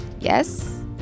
yes